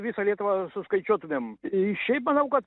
visą lietuvą suskaičiuotumėm šiaip manau kad